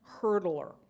hurdler